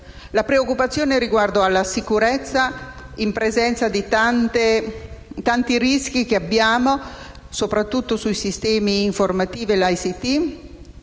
La preoccupazione riguarda poi la sicurezza in presenza di tanti rischi che abbiamo soprattutto sui sistemi informativi e ICT,